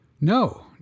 No